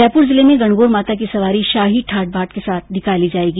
जयपुर जिले में गाणगौर माता की सवारी शाही ठाट बाट के साथ निकाली जायेगी